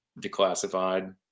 declassified